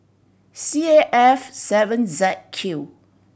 C A F seven Z Q